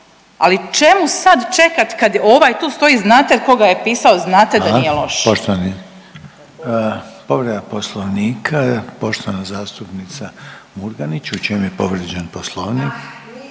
ali čemu sad čekat kad ovaj tu stoji znate ko ga je pisao znate da nije loš? **Reiner, Željko (HDZ)** Hvala. Povreda poslovnika poštovana zastupnica Murganić. U čem je povrijeđen poslovnik?